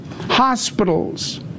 hospitals